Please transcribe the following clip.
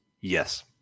yes